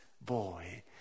boy